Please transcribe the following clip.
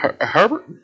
Herbert